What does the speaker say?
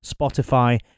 Spotify